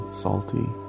salty